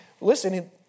Listen